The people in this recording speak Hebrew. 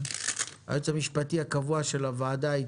היועץ המשפטי הקבוע של הוועדה,